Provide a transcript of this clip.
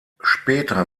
später